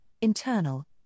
internal